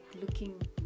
looking